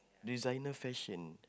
designer fashion